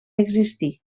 existir